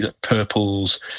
purples